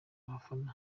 abafana